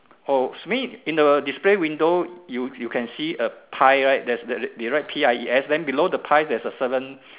oh it means in the display window you you can see a pie right there's they they write P_I_E_S then below the pie there's a seven